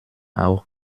auch